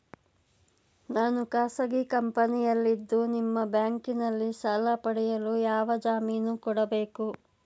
ನಾನು ಖಾಸಗಿ ಕಂಪನಿಯಲ್ಲಿದ್ದು ನಿಮ್ಮ ಬ್ಯಾಂಕಿನಲ್ಲಿ ಸಾಲ ಪಡೆಯಲು ಯಾರ ಜಾಮೀನು ಕೊಡಬೇಕು?